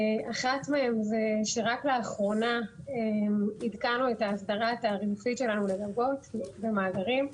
אחת מהן היא שרק לאחרונה עדכנו את ההסדרה התעריפית שלנו לגגות ולמאגרים.